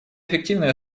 эффективное